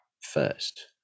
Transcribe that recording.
first